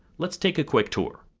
let's take a quick tour.